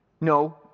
No